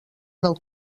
del